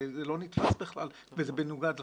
זה לא נתפס בכלל וזה מנוגד לחוק.